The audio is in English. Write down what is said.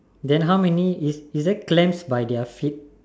then how many is is there clams by their feet